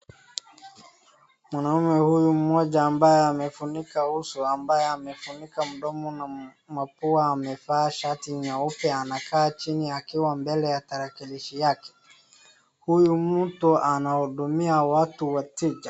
Mwanaume huyu mmoja ambaye amefunika uso, ambaye amefunika mdomo na mapua amevaa shati nyeupe, anakaa chini akiwa mbele ya tarakilishi yake. Huyu mtu anahudumia watu wateja.